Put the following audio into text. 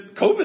COVID